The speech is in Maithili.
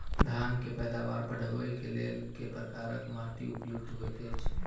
धान केँ पैदावार बढ़बई केँ लेल केँ प्रकार केँ माटि उपयुक्त होइत अछि?